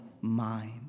mind